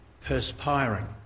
perspiring